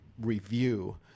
review